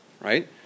right